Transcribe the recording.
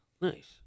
Nice